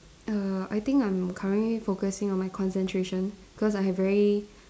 err I think I'm currently focusing on my concentration because I have very